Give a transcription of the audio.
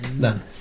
done